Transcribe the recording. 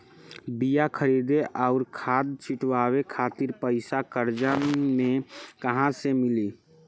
बीया खरीदे आउर खाद छिटवावे खातिर पईसा कर्जा मे कहाँसे मिली?